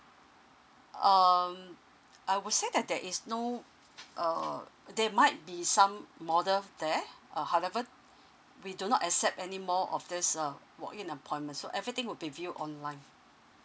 um I would say that there is no err they might be some model there uh however we do not accept any more of this uh walk in appointment so everything will be view online